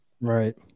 Right